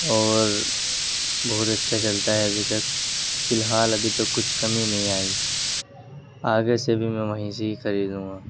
اور بہت اچھا چلتا ہے ابھی تک فی الحال ابھی تو کچھ کمی نہیں آئی آگے سے بھی میں وہیں سے ہی خریدوں گا